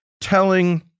telling